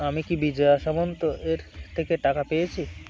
আমি কি বিজয় সামন্ত এর থেকে টাকা পেয়েছি